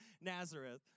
Nazareth